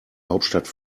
hauptstadt